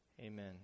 Amen